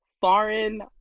foreign